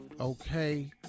Okay